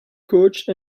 coach